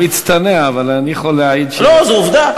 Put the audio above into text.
הוא מצטנע, אבל אני יכול להעיד, לא, זאת עובדה.